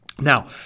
Now